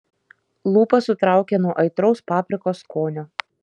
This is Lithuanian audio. lūpas sutraukė nuo aitraus paprikos skonio